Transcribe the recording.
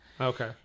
Okay